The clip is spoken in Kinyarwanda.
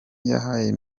yahaye